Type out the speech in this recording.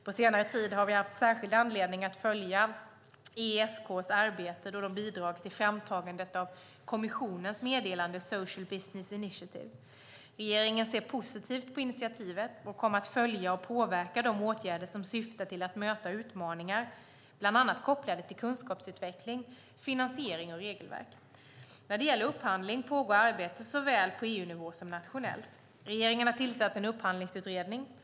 På senare tid har vi haft särskild anledning att följa EESK:s arbete då de har bidragit i framtagande av kommissionens meddelande Social Business Initiative. Regeringen ser positivt på initiativet och kommer att följa och påverka de åtgärder som syftar till att möta utmaningar bland annat kopplade till kunskapsutveckling, finansiering och regelverk. När det gäller upphandling pågår arbete såväl på EU-nivå som nationellt. Regeringen har tillsatt en upphandlingsutredning.